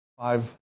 five